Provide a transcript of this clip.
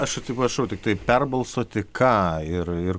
aš atsiprašau tiktai perbalsuoti ką ir ir